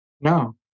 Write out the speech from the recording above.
No